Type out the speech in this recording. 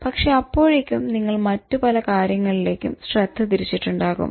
പക്ഷെ അപ്പോഴേക്കും നിങ്ങൾ മറ്റു പല കാര്യങ്ങളിലേക്കും ശ്രദ്ധ തിരിച്ചിട്ടുണ്ടാകും